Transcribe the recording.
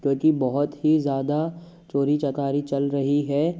क्योंकि बहुत ही ज़्यादा चोरी चकारी चल रही है